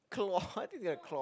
claw how did you get a claw